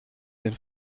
den